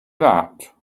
that